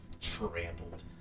trampled